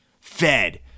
Fed